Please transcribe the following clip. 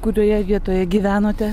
kurioje vietoje gyvenote